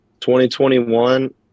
2021